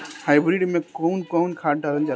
Hybrid में कउन कउन खाद डालल जाला?